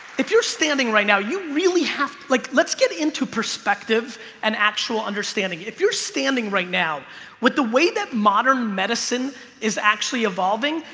if you're standing right now you really have like let's get into perspectives and actual understanding if you're standing right now with the way that modern medicine is actually evolving.